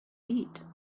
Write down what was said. eat